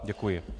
Děkuji.